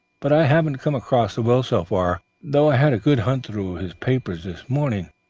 but i haven't come across the will so far, though i had a good hunt through his papers this morning